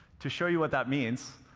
to show you what that means,